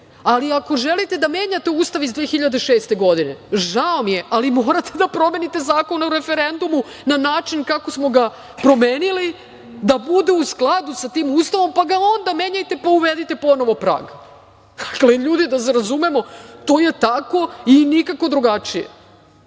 ali ako želite da menjate Ustav iz 2006. godine, žao mi je ali morate da promenite Zakon o referendumu na način kako smo ga promenili da bude u skladu sa tim Ustavom, pa ga onda menjajte, pa uvedite ponovo prag. Ljudi, da se razumemo, to je tako i nikako drugačije. Dakle,